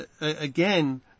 again